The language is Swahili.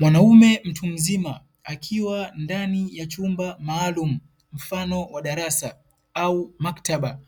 Mwanaume mtu mzima akiwa ndani ya chumba maalumu mfano wa darasa au maktaba,